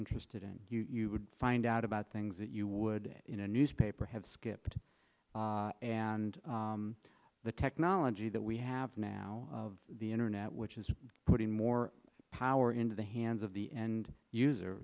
interested in you you would find out about things that you would in a newspaper have skipped and the technology that we have now of the internet which is putting more power into the hands of the end user